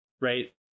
right